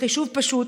בחישוב פשוט,